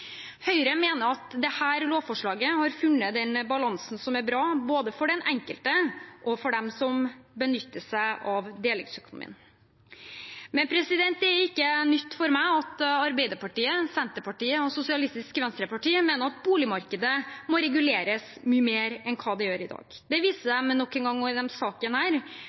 Høyre mener at dette lovforslaget har funnet en balanse som er bra, både for den enkelte og for dem som benytter seg av delingsøkonomien. Det er ikke nytt for meg at Arbeiderpartiet, Senterpartiet og Sosialistisk Venstreparti mener at boligmarkedet må reguleres mye mer enn det gjør i dag. Det viser de nok engang med denne saken, hvor de ikke vil gi tilstrekkelig fleksibilitet til å gjøre lokale tilpasninger og